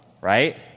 right